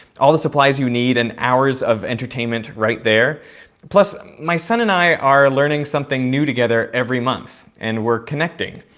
all the supplies you need and hours of entertainment right there plus my son and i are learning something new together every month and we're connecting.